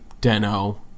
Deno